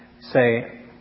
say